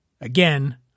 Again